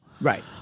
Right